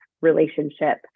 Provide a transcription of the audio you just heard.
relationship